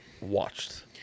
watched